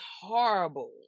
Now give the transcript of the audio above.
horrible